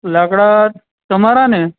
લાકડા તમારાને